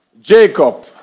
Jacob